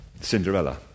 Cinderella